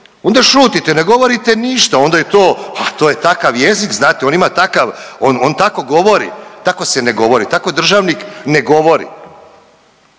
onda šutite ne govorite ništa, onda je to, a to je takav jezik, znate on ima takav, on, on tako govori. Tako se ne govori, tako državnik ne govori